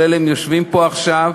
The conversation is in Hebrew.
והם יושבים פה עכשיו,